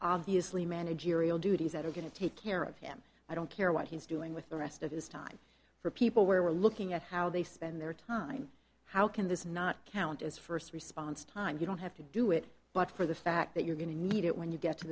obviously managerial duties that are going to take care of him i don't care what he's doing with the rest of his time for people were looking at how they spend their time how can this not count as first response time you don't have to do it but for the fact that you're going to need it when you get to